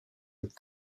with